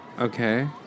Okay